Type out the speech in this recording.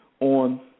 on